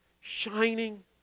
shining